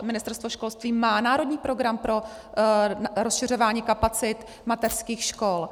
Ministerstvo školství má národní program pro rozšiřování kapacit mateřských škol.